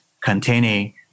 containing